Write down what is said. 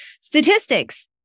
statistics